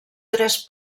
tres